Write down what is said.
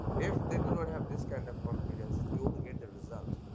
if they do not have this kind of confidence, you won't get the result.